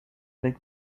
avec